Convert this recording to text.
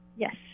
Yes